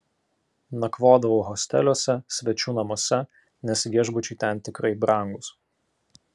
nakvodavau hosteliuose svečių namuose nes viešbučiai ten tikrai brangūs